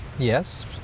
Yes